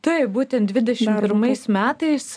taip būtent dvidešimt pirmais metais